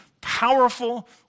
powerful